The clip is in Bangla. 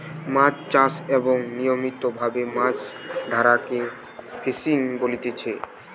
মাছ চাষ এবং নিয়মিত ভাবে মাছ ধরাকে ফিসিং বলতিচ্ছে